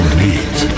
meet